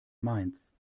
mainz